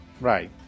Right